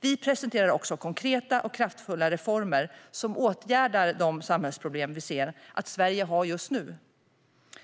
Vi presenterar också konkreta och kraftfulla reformer som åtgärdar de samhällsproblem vi ser att Sverige har just nu.